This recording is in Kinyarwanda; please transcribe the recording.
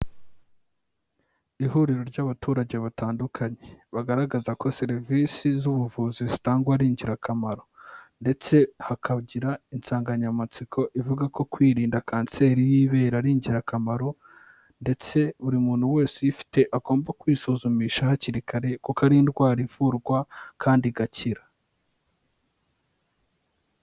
Ihuriro ry'abaturage batandukanye, bagaragaza ko serivisi z'ubuvuzi zitangwa ari ingirakamaro ndetse hakagira insanganyamatsiko ivuga ko kwirinda Kanseri y'ibere ari ingirakamaro ndetse buri muntu wese uyifite agomba kwisuzumisha hakiri kare kuko ari indwara ivurwa kandi igakira.